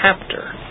chapter